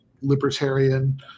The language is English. libertarian